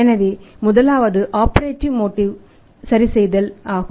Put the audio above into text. எனவே முதலாவது operative motive சரி செய்தல் ஆகும்